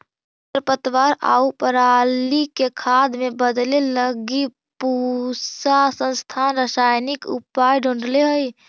खरपतवार आउ पराली के खाद में बदले लगी पूसा संस्थान रसायनिक उपाय ढूँढ़ले हइ